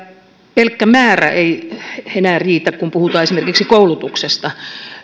pelkkä määrä ei enää riitä kun puhutaan esimerkiksi koulutuksesta